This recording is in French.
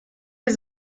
des